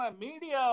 media